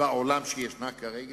בעולם שיש כרגע,